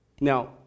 Now